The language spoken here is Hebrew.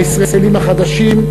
הישראלים החדשים,